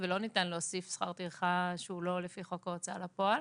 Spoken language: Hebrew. ולא ניתן להוסיף שכר טרחה שהוא לא לפי חוק ההוצאה לפועל.